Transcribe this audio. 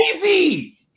crazy